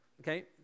Okay